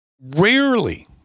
rarely